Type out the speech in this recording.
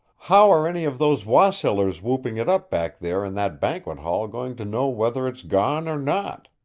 how are any of those wassailers whooping it up back there in that banquet hall going to know whether it's gone or not?